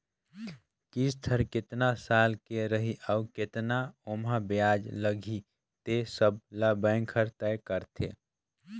किस्त हर केतना साल के रही अउ केतना ओमहा बियाज लगही ते सबो ल बेंक हर तय करथे